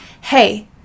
hey